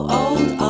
old